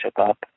up